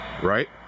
right